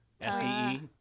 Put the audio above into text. S-E-E